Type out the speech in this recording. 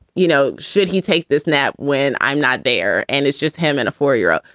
you know, should he take this nap when i'm not there? and it's just him and a four year old.